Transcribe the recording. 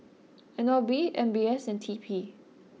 N L B M B S and T P